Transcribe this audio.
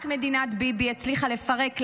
רק מדינת ביבי הצליחה לפרק,